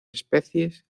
especies